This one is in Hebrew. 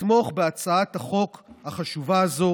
לתמוך בהצעת החוק החשובה הזו